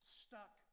stuck